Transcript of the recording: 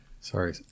Sorry